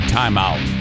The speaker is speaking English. timeout